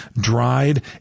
dried